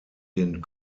den